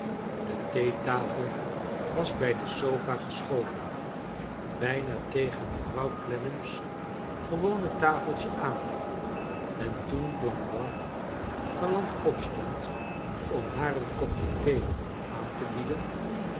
de theetafel was bij de sofa geschoven bijna tegen mevrouw clennam's gewone tafeltje aan en toen blandois gallant opstond om haar een kopje thee aan te bieden